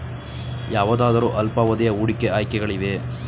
ಯಾವುದಾದರು ಅಲ್ಪಾವಧಿಯ ಹೂಡಿಕೆ ಆಯ್ಕೆಗಳಿವೆಯೇ?